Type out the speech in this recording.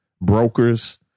brokers